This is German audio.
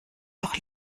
doch